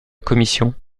commission